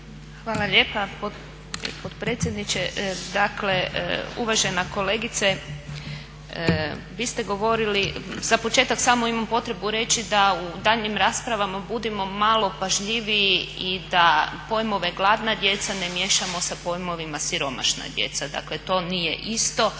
Hvala lijepa potpredsjedniče. Dakle uvažena kolegice vi ste govorili, za početak samo imam potrebu reći da u daljnjim raspravama budimo malo pažljiviji i da pojmove gladna djeca ne miješamo sa pojmovima siromašna djeca. Dakle to nije isto